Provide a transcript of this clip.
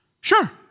Sure